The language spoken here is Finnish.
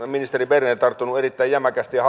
ministeri berner tarttunut erittäin jämäkästi ja